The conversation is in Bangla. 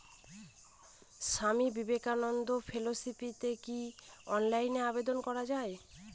স্বামী বিবেকানন্দ ফেলোশিপে কি অনলাইনে আবেদন করা য়ায়?